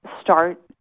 start